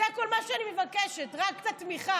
זה כל מה שאני מבקשת, רק קצת תמיכה.